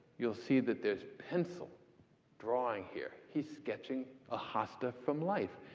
you'll see that there's pencil drawing here. he's sketching a hosta from life.